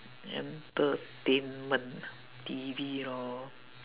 entertainment T_V lor